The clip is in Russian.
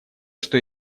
что